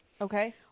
Okay